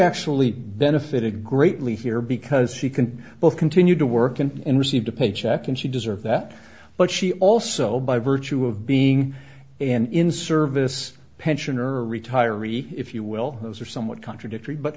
actually benefited greatly here because she can both continue to work and received a paycheck and she deserve that but she also by virtue of being in service pension or retiree if you will those are somewhat contradictory but